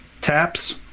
Taps